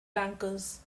bankers